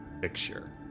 picture